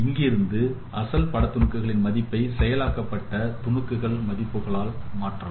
அங்கிருந்து அசல் பட துணுக்குகளின் மதிப்பை செயல் ஆக்கப்பட்ட பட துணுக்குகள் மதிப்பால் மாற்றலாம்